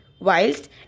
Whilst